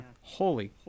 holy